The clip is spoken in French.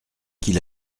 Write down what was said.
qu’il